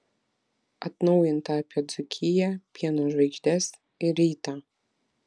atnaujinta apie dzūkiją pieno žvaigždes ir rytą